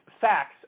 facts